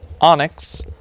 onyx